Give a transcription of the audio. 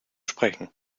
sprechen